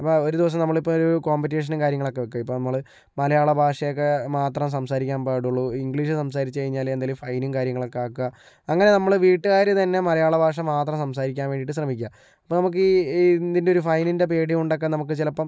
ഒരു ദിവസം നമ്മളിപ്പോൾ ഒരു കോമ്പറ്റീഷനും കാര്യങ്ങളൊക്കെ വെക്കും ഇപ്പോൾ നമ്മള് മലയാള ഭാഷയൊക്കെ മാത്രം സംസാരിക്കാൻ പാടുള്ളൂ ഇംഗ്ലീഷ് സംസാരിച്ച് കഴിഞ്ഞാല് എന്തേലും ഫൈനും കാര്യങ്ങളൊക്കെ വെക്കാം അങ്ങനെ നമ്മളെ വീട്ടുകാര് തന്നെ മലയാള ഭാഷ മാത്രം സംസാരിക്കാൻ വേണ്ടീട്ട് ശ്രമിക്കുക അപ്പം നമുക്ക് ഈ ഒരു ഫൈനിൻ്റെ പേടികൊണ്ടൊക്കെ നമുക്ക് ചിലപ്പം